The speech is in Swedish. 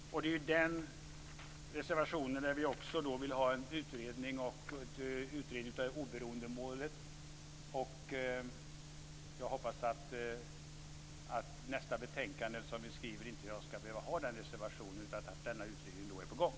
Det är den reservation där vi också vill ha en utredning av oberoendemålet. Jag hoppas att nästa betänkande vi skriver inte skall behöva ha den reservationen, utan att utredningen då är på gång.